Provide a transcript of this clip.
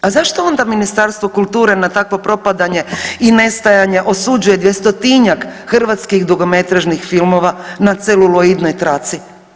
A zašto onda Ministarstvo kulture na takvo propadanje i nestajanje osuđuje 200-tinjak hrvatskih dugometražnih filmova na celuloidnoj traci?